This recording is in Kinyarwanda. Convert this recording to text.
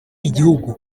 igihugu